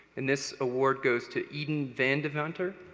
and this award goes to eden vandevanter.